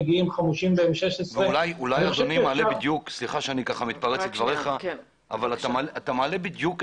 מגיעים חמושים ב- M16. אתה מעלה בדיוק את